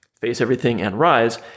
face-everything-and-rise